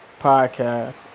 podcast